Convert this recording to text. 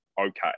okay